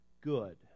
good